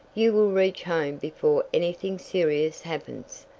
you will reach home before anything serious happens,